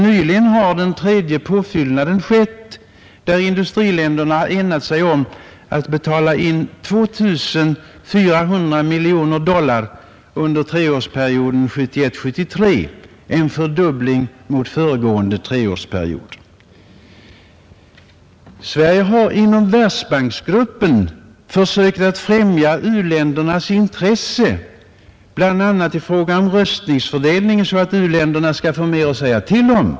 Nyligen har den tredje påfyllnaden skett: industriländerna har enats om att betala in 2 400 miljoner dollar under treårsperioden 1971—1973, en fördubbling mot föregående treårsperiod. Sverige har inom Världsbanksgruppen sökt främja u-ländernas intressen, bl.a. i fråga om röstfördelningen så att u-länderna skall få mer att säga till om.